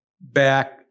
back